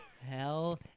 hell